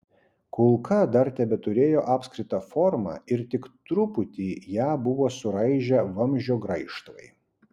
kulka dar tebeturėjo apskritą formą ir tik truputį ją buvo suraižę vamzdžio graižtvai